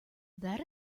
that